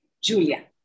Julia